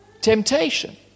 temptation